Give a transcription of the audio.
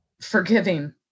forgiving